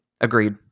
Agreed